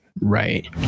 Right